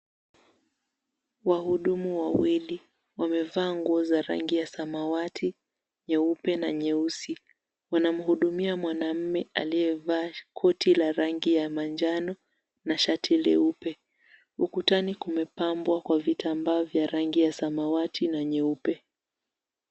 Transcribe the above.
Wahudumu wawili, wamevaa nguo za rangi ya samawati, nyeupe na nyeusi. Wanamhudumia mwanamume aliyevaa koti la rangi ya manjano na shati leupe . Ukutani kumepabwa kwa vitambaa vya rangi ya samawati na nyeupe.